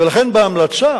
ולכן בהמלצה